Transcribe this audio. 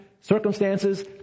circumstances